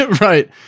Right